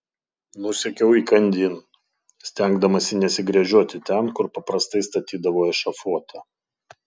nusekiau įkandin stengdamasi nesigręžioti ten kur paprastai statydavo ešafotą